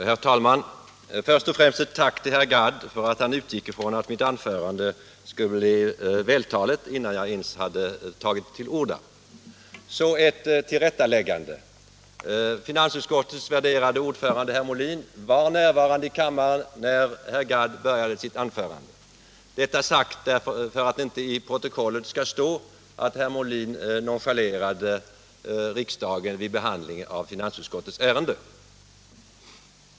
Herr talman! Först och främst ett tack till herr Gadd för att han utgick ifrån att mitt anförande skulle bli vältaligt — innan jag ens hade tagit till orda. Så ett tillrättaläggande. Finansutskottets värderade ordförande herr Molin var närvarande i kammaren när herr Gadd började sitt anförande. Detta sagt för att det inte i protokollet skall stå oemotsagt att herr Molin nonchalerat riksdagen vid behandlingen av finansutskottets ärenden.